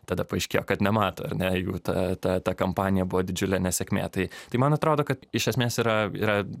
tada paaiškėjo kad nemato ar ne jų ta ta ta kampanija buvo didžiulė nesėkmė tai tai man atrodo kad iš esmės yra